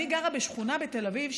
ואני גרה בשכונה בתל אביב,